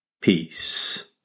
Peace